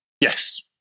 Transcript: Yes